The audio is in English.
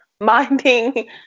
Minding